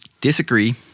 disagree